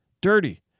dirty